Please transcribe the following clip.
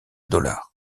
dollars